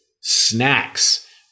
snacks